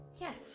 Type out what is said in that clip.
yes